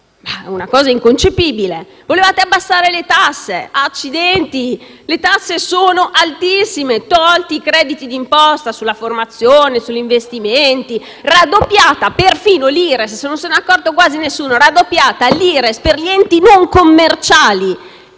una cosa inconcepibile. Volevate abbassare le tasse: accidenti! Le tasse sono altissime, tolti i crediti d'imposta sulla formazione e sugli investimenti, è raddoppiata perfino l'Ires (non se n'è accorto quasi nessuno) per gli enti non commerciali: